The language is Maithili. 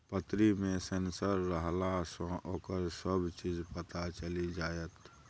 पतरी मे सेंसर रहलासँ ओकर सभ चीज पता चलि जाएत